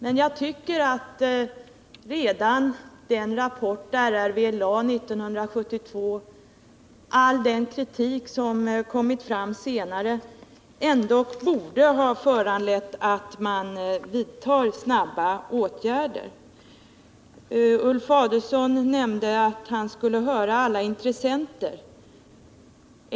Men jag tycker att redan den rapport RRV lade fram 1972 och all den kritik som har kommit fram senare ändå borde ha föranlett snabba åtgärder. Ulf Adelsohn nämnde att han skulle höra intressenter.